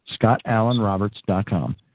ScottAllenRoberts.com